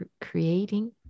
creating